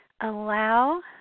allow